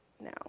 now